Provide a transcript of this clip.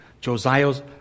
Josiah's